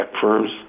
firms